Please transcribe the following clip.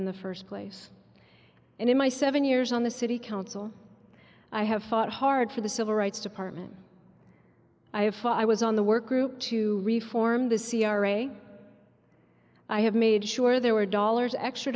in the first place and in my seven years on the city council i have fought hard for the civil rights department i have fought i was on the workgroup to reform the c r a i have made sure there were dollars extra